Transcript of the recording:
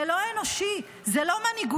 זה לא אנושי, זה לא מנהיגותי.